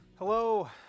Hello